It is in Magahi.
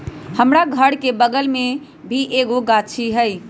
हमरा घर के बगल मे भी एगो गाछी हई